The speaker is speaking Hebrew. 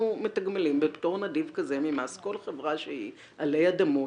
מתגמלים בפטור נדיב כזה ממס כל חברה שהיא עלי אדמות,